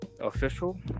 official